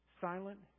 silent